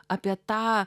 apie tą